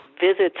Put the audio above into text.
visits